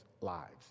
lives